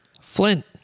Flint